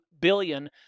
billion